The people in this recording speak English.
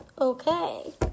Okay